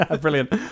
Brilliant